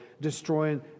destroying